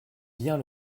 bien